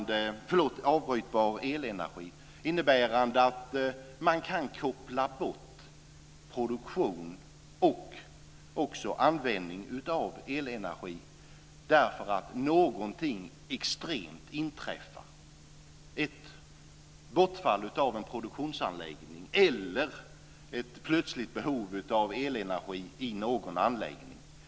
Det innebär att man kan koppla bort produktion och användning av elenergi därför att någonting extremt inträffar. Det kan vara ett bortfall av en produktionsanläggning eller ett plötsligt behov av elenergi i någon anläggning.